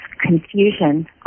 confusion